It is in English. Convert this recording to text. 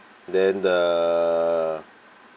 then the